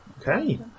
Okay